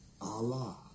Allah